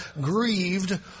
grieved